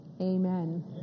amen